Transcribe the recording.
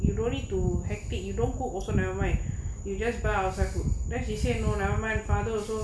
you don't need to happy you don't cook also never mind you just buy our then she said no never my father also